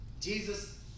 Jesus